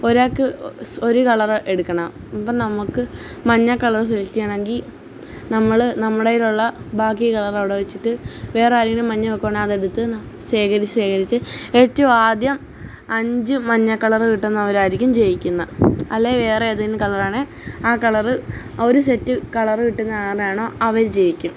ഒരാള്ക്ക് ഒരു കളര് എടുക്കണം അപ്പോള് നമ്മള്ക്ക് മഞ്ഞ കളർ സെലക്ട് ചെയ്യണമെങ്കില് നമ്മള് നമ്മളെ കയ്യിലുള്ള ബാക്കി കളർ അവിടെ വച്ചിട്ട് വേറെ ആരേലും മഞ്ഞ വയ്ക്കുവാണെങ്കില് അതെടുത്ത് ശേഖരിച്ച് ശേഖരിച്ച് ഏറ്റവും ആദ്യം അഞ്ച് മഞ്ഞ കളര് കിട്ടുന്നവരായിരിക്കും ജയിക്കുന്നത് അല്ലെങ്കില് വേറെ ഏതേലും കളറാണെങ്കില് ആ കളര് ഒരു സെറ്റ് കളര് കിട്ടുന്ന ആരാണോ അവര് ജയിക്കും